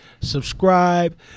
subscribe